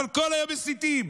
אבל כל היום מסיתים.